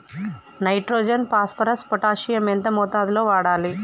Nitrogen phosphorus potassium ఎంత మోతాదు లో వాడాలి?